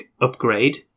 upgrade